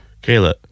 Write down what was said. kayla